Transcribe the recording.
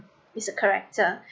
it's a character